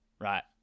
Right